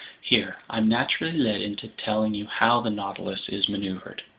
here i'm naturally led into telling you how the nautilus is maneuvered.